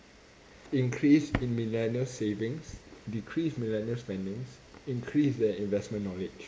increase in millennial savings decrease millennial spendings increase their investment knowledge